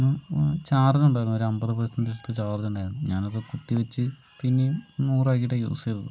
ചാർജുണ്ടായിരുന്നു ഒരു അമ്പത് പെർസെന്റജിന്റെ അടുത്ത് ചാർജുണ്ടായിരുന്നു ഞാനത് കുത്തിവച്ച് പിന്നെയും നൂറാക്കിയിട്ടാണ് യൂസ് ചെയ്തത്